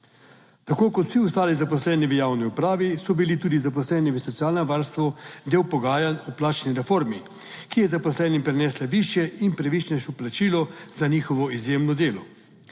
Tako kot vsi ostali zaposleni v javni upravi so bili tudi zaposleni v socialnem varstvu del pogajanj o plačni reformi, ki je zaposlenim prinesla višje in pravičnejše plačilo za njihovo izjemno delo.